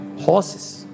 horses